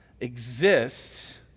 exists